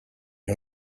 ihr